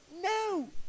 No